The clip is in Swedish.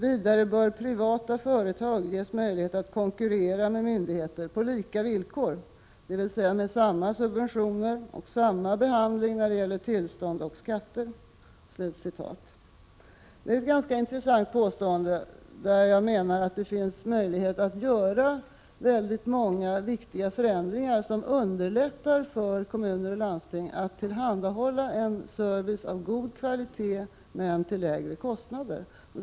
Vidare bör privata företag ges möjlighet att konkurrera med myndigheter på lika villkor, dvs. med samma subventioner och samma behandling när det gäller tillstånd och skatter.” Det är ett ganska intressant påstående. Jag menar att det finns möjlighet att göra många viktiga förändringar som underlättar för kommuner och landsting att tillhandahålla service av god kvalitet men till lägre kostnader.